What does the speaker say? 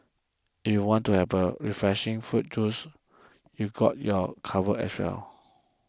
if you want to have a refreshing fruit juice they got you covered as well